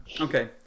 Okay